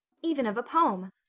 even of a poem.